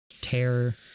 terror